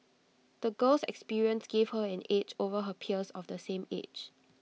the girl's experiences gave her an edge over her peers of the same age